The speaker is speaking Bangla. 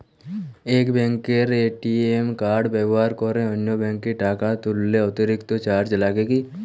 এক ব্যাঙ্কের এ.টি.এম কার্ড ব্যবহার করে অন্য ব্যঙ্কে টাকা তুললে অতিরিক্ত চার্জ লাগে কি?